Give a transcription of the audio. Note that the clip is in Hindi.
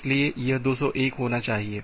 इसलिए यह 201 होना चाहिए